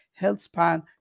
HealthSpan